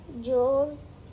Jules